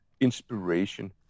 inspiration